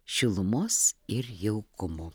šilumos ir jaukumo